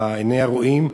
לעיני הרואים,